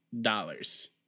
dollars